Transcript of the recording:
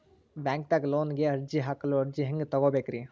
ಬ್ಯಾಂಕ್ದಾಗ ಲೋನ್ ಗೆ ಅರ್ಜಿ ಹಾಕಲು ಅರ್ಜಿ ಹೆಂಗ್ ತಗೊಬೇಕ್ರಿ?